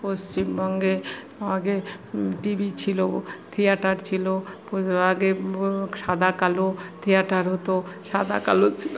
পশ্চিমবঙ্গে আগে টিভি ছিল থিয়েটার ছিল আগে সাদাকালো থিয়েটার হতো সাদাকালো